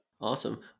Awesome